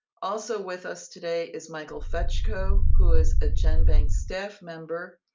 also with us today is michael fetchko, who is a genbank staff member.